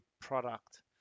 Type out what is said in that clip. product